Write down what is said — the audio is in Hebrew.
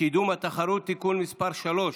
(קידום התחרות) (תיקון) (תיקון מס' 3),